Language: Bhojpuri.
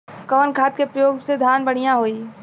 कवन खाद के पयोग से धान बढ़िया होई?